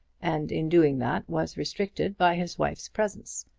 and in doing that was restricted by his wife's presence.